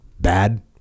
bad